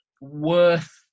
worth